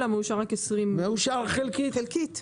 אלא מאושר ---- מאושר חלקית,